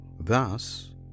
Thus